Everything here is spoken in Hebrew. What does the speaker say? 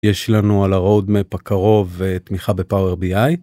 יש לנו על הרואוד מאפ הקרוב תמיכה בפאוור ביאיי.